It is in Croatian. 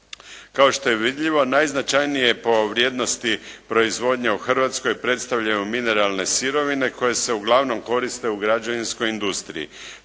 Kao što je vidljivo, najznačajnije po vrijednosti proizvodnje u Hrvatskoj predstavljamo mineralne sirovine koje se uglavnom koriste u građevinskoj industriji.